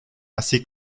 así